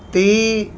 ਤੀਹ